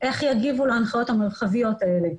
איך יגיבו להנחיות המרחביות האלה.